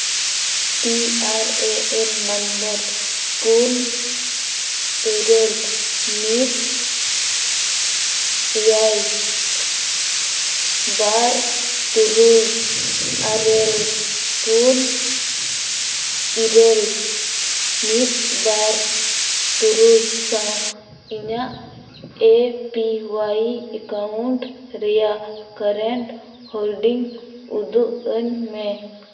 P R A N number ᱯᱩᱱ ᱤᱨᱟᱹᱞ ᱢᱤᱫ ᱮᱭᱟᱭ ᱵᱟᱨ ᱛᱩᱨᱩᱭ ᱤᱨᱟᱹᱞ ᱯᱩᱱ ᱤᱨᱟᱹᱞ ᱢᱤᱫ ᱵᱟᱨ ᱛᱩᱨᱩᱭ ᱥᱟᱶ ᱤᱧᱟᱹᱜ ᱮ ᱯᱤ ᱚᱣᱟᱭ ᱮᱠᱟᱣᱩᱱᱴ ᱨᱮᱭᱟᱜ ᱠᱟᱨᱮᱱᱴ ᱦᱳᱞᱰᱤᱝ ᱩᱫᱩᱜᱼᱟᱹᱧ ᱢᱮ